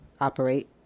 Operate